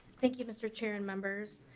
thank you mr. chair and members.